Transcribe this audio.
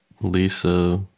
Lisa